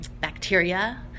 bacteria